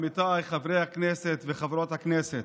עמיתיי חברי הכנסת וחברות הכנסת,